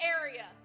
area